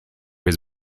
his